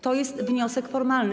To nie jest wniosek formalny.